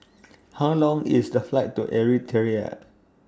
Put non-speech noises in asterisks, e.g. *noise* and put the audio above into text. *noise* How Long IS The Flight to Eritrea